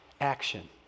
action